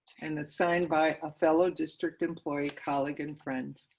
and it's signed by a fellow district employee colleague and friend.